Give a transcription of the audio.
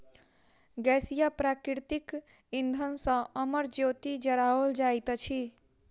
गैसीय प्राकृतिक इंधन सॅ अमर ज्योति जराओल जाइत अछि